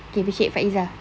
okay picit faezah